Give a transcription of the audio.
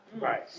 Right